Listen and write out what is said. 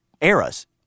eras